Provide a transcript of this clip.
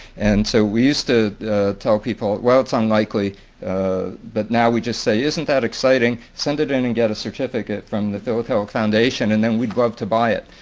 and so we used to tell people, well it's unlikely but now we just say, isn't that exciting, send it in and get a certificate from the philatelic foundation and then we'd love to buy it.